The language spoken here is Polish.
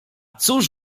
cóż